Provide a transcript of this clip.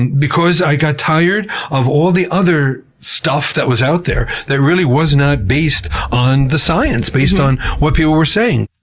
because i got tired of all the other stuff that was out there, that really was not based on the science, based on what people were saying.